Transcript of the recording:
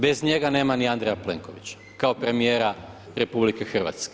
Bez njega nema ni Andreja Plenkovića kao premijera RH.